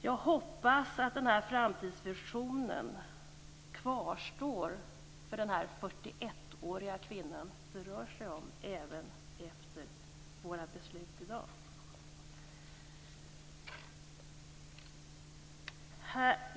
Jag hoppas att denna framtidsvision kvarstår för den 41-åriga kvinna det rör sig om även efter våra beslut i dag.